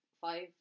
five